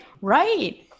right